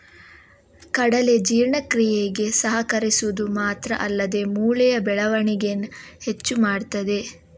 ಕಡಲೆ ಜೀರ್ಣಕ್ರಿಯೆಗೆ ಸಹಕರಿಸುದು ಮಾತ್ರ ಅಲ್ಲ ಮೂಳೆಯ ಬೆಳವಣಿಗೇನ ಹೆಚ್ಚು ಮಾಡ್ತದೆ